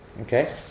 okay